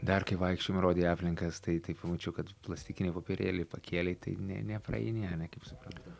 dar kai vaikščiojom rodei aplinkas tai tai pamačiau kad plastikinį popierėlį pakėlei tai ne nepraeini kaip suprantu